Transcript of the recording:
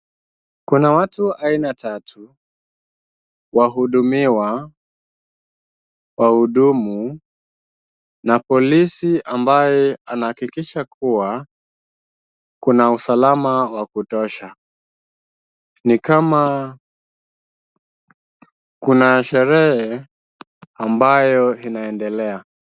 Kuna watu aina tatu, wahudumiwa, wahudumu na polisi ambaye anahakikisha kuwa kuna usalama wa kutosha. Ni kama kuna sherehe ambayo inaendelea.